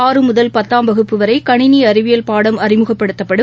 ஆறு முதல் பத்தாம் வகுப்பு வரைகணினிஅறிவியல் பாடம் அறிமுகப்படுத்தப்படும்